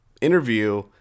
interview